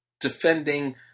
defending